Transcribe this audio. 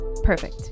perfect